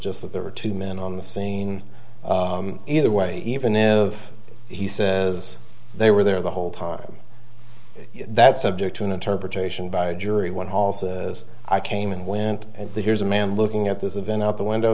just that there were two men on the scene either way even if he says they were there the whole time that's subject to interpretation by a jury when hall says i came and went and here's a man looking at this event out the window